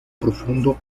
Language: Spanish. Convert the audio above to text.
profundo